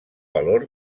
valor